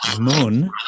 moon